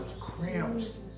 cramps